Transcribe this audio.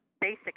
basic